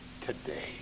today